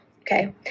okay